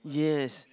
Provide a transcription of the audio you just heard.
yes